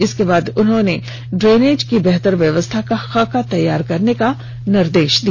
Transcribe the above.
इसके बाद उन्होंने ड्रेनेज की बेहतर व्यवस्था का खाका तैयार करने का निर्देश दिया